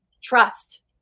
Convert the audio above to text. trust